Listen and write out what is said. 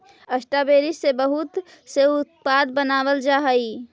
strawberry से बहुत से उत्पाद बनावाल जा हई